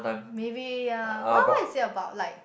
ah maybe ya what what's it about like